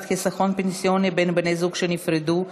חיסכון פנסיוני בין בני זוג שנפרדו (תיקון,